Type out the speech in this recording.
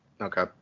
Okay